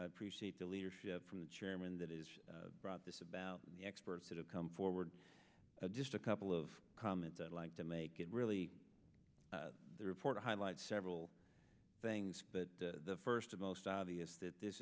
appreciate the leadership from the chairman that is brought this about the experts that have come forward just a couple of comments like to make it really the report highlights several things that the first a most obvious that this